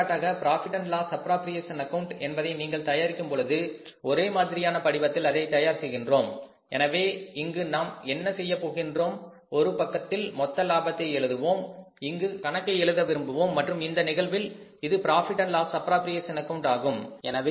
எடுத்துக்காட்டாக profit and loss appropriation account Profit Loss Appropriation account என்பதை நீங்கள் தயாரிக்கும் பொழுது ஒரே மாதிரியான படிவத்தில் அதனை தயார் செய்கின்றோம் எனவே இங்கு நாம் என்ன செய்யப் போகின்றோம் ஒருபக்கத்தில் மொத்த லாபத்தை எழுதுவோம் இங்கு கணக்கை எழுத விரும்புவோம் மற்றும் இந்த நிகழ்வில் இது profit and loss appropriation account Profit Loss Appropriation account ஆகும்